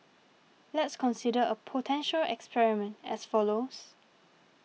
let's consider a potential experiment as follows